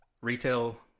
retail